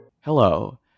Hello